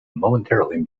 momentarily